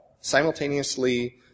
simultaneously